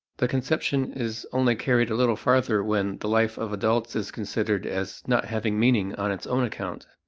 the conception is only carried a little farther when the life of adults is considered as not having meaning on its own account,